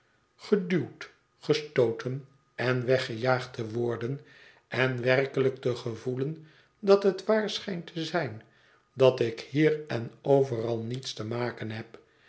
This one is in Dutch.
geduwd gestooten en weggejaagd te worden en werkelijk te gevoelen dat het waar schijnt te zijn dat ik hier en overal niets te maken heb